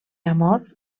amor